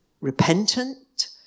repentant